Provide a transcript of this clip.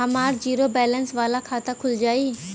हमार zero balance वाला खाता खुल जाई?